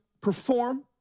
perform